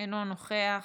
אינו נוכח,